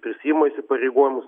prisiima įsipareigojimus